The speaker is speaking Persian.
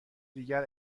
دیگر